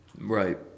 Right